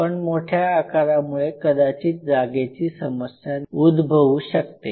पण मोठ्या आकारामुळे कदाचित जागेची समस्या उद्भवू शकते